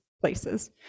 places